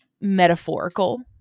metaphorical